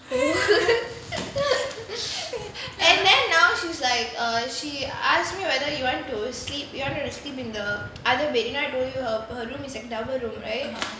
and then now she's like uh she ask me whether you want to sleep you want to sleep in the other bed